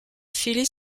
phyllis